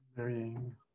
Varying